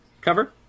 cover